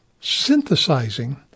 synthesizing